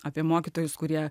apie mokytojus kurie